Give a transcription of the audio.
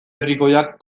herrikoiak